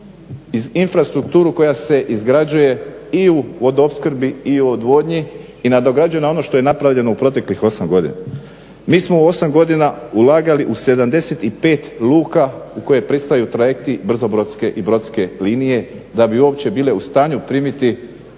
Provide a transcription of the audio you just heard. infrastrukturu koja se izgrađuje i u vodoopskrbi i u odvodnji i nadograđuje na ono što je napravljeno u proteklih 8 godina. Mi smo 8 godina ulagali u 75 luka u koje pristaju trajekti brzobrodske i brodske linije da bi uopće bile u stanju primiti